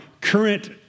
current